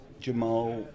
Jamal